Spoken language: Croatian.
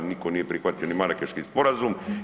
Nitko nije prihvatio ni Marakeški sporazum.